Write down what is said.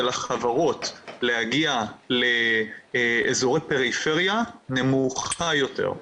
החברות להגיע לאזורי פריפריה נמוכה יותר.